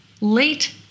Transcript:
Late